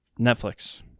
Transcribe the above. Netflix